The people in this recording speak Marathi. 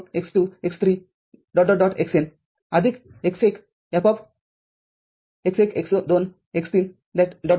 F0 x2 x3 xN x1